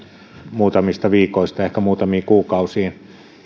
muutamista viikoista ehkä muutamiin kuukausiin